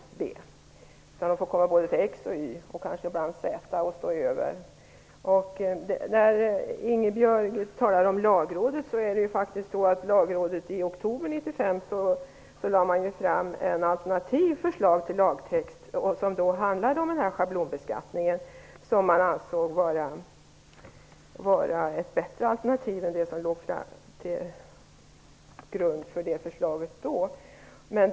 Kanske måste de åka via både X och Y och ibland kanske också via Z. Kanske får de också stå över. Lagrådet lade i oktober 1995 fram ett alternativt förslag till lagtext om schablonbeskattning som man ansåg vara ett bättre alternativ än det som låg till grund för det dåvarande förslaget.